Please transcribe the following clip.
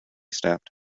staffed